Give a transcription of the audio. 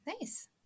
Nice